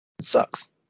sucks